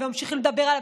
וממשיכים לדבר עליו.